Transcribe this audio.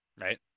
right